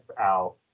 out